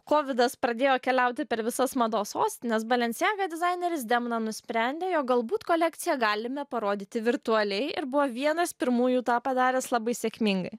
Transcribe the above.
kovidas pradėjo keliauti per visas mados sostines balenciaga dizaineris demna nusprendė jog galbūt kolekciją galime parodyti virtualiai ir buvo vienas pirmųjų tą padaręs labai sėkmingai